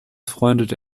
freundete